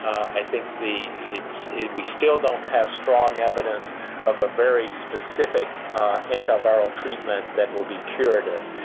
i think the we still don't have strong evidence of a very specific antiviral treatment that will be curative.